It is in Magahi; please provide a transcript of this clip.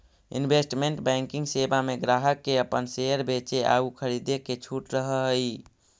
इन्वेस्टमेंट बैंकिंग सेवा में ग्राहक के अपन शेयर बेचे आउ खरीदे के छूट रहऽ हइ